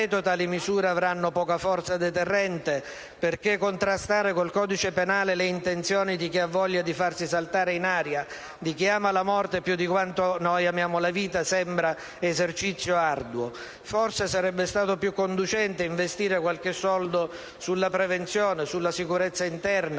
probabilmente poca forza deterrente, perché contrastare con il codice penale le intenzioni di chi ha voglia di farsi saltare in aria, di chi ama la morte più di quanto noi amiamo la vita, sembra esercizio arduo. Forse sarebbe stato più conducente investire qualche soldo in più sulla prevenzione, sulla sicurezza interna,